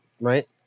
Right